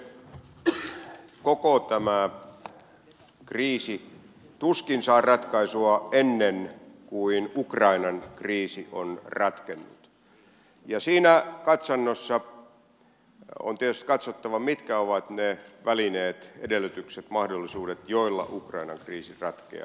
koko tämä kriisi tuskin saa ratkaisua ennen kuin ukrainan kriisi on ratkennut ja siinä katsannossa on tietysti katsottava mitkä ovat ne välineet edellytykset mahdollisuudet joilla ukrainan kriisi ratkeaa